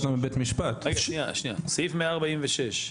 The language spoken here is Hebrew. סעיף 146,